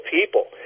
people